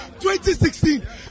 2016